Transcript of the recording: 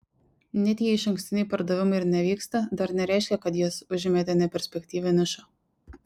net jei išankstiniai pardavimai ir nevyksta dar nereiškia kad jūs užėmėte neperspektyvią nišą